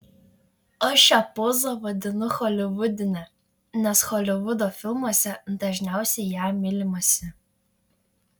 aš šią pozą vadinu holivudine nes holivudo filmuose dažniausiai ja mylimasi